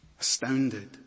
astounded